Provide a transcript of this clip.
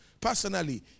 personally